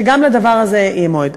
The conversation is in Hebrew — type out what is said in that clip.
גם לדבר הזה יהיה מועד.